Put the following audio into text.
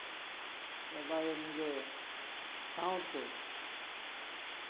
ᱜᱟᱰᱟᱭᱮᱱ ᱜᱮ ᱥᱟᱶᱛᱮ